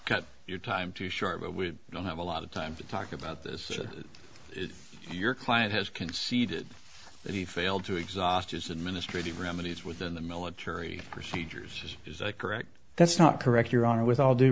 cut your time to short but we don't have a lot of time to talk about this your client has conceded that he failed to exhaust his administrative remedies within the military procedures is that correct that's not correct your honor with all due